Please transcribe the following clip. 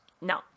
No